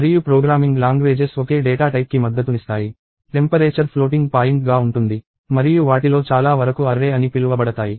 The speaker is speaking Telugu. మరియు ప్రోగ్రామింగ్ భాషలు ఒకే డేటా టైప్ కి మద్దతునిస్తాయి టెంపరేచర్ ఫ్లోటింగ్ పాయింట్గా ఉంటుంది మరియు వాటిలో చాలా వరకు అర్రే అని పిలువబడతాయి